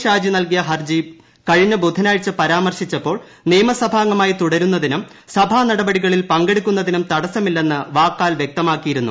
ഷാജി നൽകിയ ഹർജി് കഴിഞ്ഞ ബുധനാഴ്ച പരാമർശിച്ചപ്പോൾ നിയമസഭാർഗ്ഗമായി തുടരുന്നതിനും സഭാ നടപടികളിൽ പങ്കെടുക്കുന്നതിനും തടസ്സമില്ലെന്ന് വാക്കാൽ വ്യക്തമാക്കിയിരുന്നു